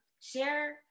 share